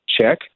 Check